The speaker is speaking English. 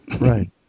Right